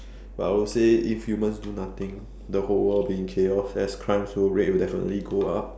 but I would say if humans do nothing the whole world will be in chaos as crime rate will definitely go up